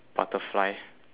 butterfly